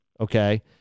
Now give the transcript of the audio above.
Okay